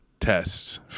Tests